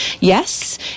yes